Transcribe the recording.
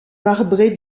marbrée